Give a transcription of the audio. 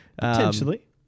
Potentially